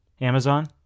Amazon